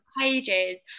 pages